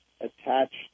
attached